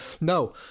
No